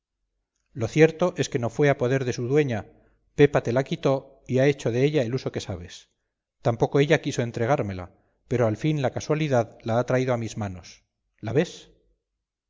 lo cierto es que no fue a poder de su dueña pepa te la quitó y ha hecho de ella el uso que sabes tampoco ella quiso entregármela pero al fin la casualidad la ha traído a mis manos la ves